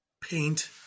paint